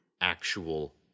actual